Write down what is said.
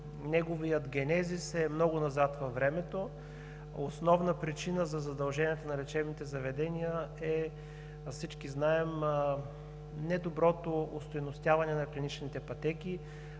Неговият генезис е много назад във времето. Основна причина за задълженията на лечебните заведения е – всички знаем, недоброто остойностяване на клиничните пътеки.